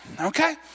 okay